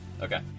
Okay